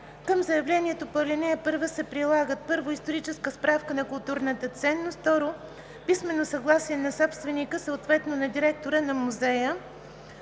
Към заявлението по ал. 1 се прилагат: 1. историческа справка за културната ценност; 2. писмено съгласие на собственика, съответно на директора, на музея;